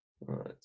Right